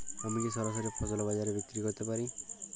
আমি কি সরাসরি ফসল বাজারে বিক্রি করতে পারি?